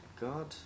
God